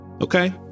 okay